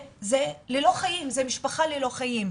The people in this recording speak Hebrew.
זה ללא חיים, זה משפחה ללא חיים,